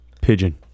Pigeon